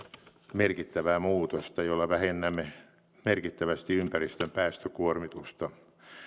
merkittävää muutosta jolla vähennämme merkittävästi ympäristön päästökuormitusta